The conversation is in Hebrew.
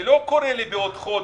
זה לא קורה לי בעוד חודש,